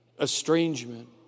estrangement